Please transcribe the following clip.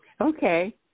Okay